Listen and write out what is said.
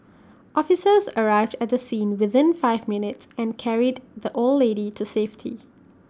officers arrived at the scene within five minutes and carried the old lady to safety